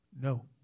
No